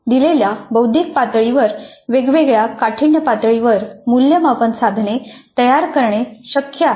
दिलेल्या बौद्धिक पातळीवर वेगवेगळ्या काठिण्य पातळीवर मूल्यमापन साधने तयार करणे शक्य आहे